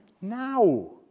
now